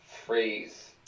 Phrase